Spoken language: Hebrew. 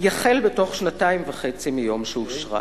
יחל בתוך שנתיים וחצי מיום שאושרה".